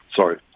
sorry